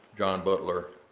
john butler,